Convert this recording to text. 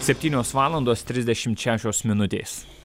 septynios valandos trisdešimt šešios minutės